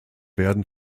werden